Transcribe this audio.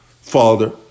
Father